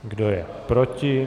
Kdo je proti?